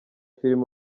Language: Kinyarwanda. film